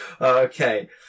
Okay